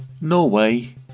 Norway